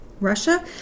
Russia